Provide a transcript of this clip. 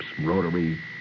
Rotary